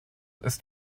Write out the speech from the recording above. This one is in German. ist